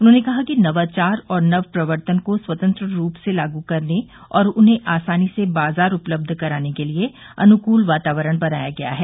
उन्होंने कहा कि नवाचार और नवप्रवर्तन को स्वतंत्र रूप से लागू करने और उन्हें आसानी से बाजार उपलब्ध कराने के लिए अनुकूल वातावरण बनाया गया है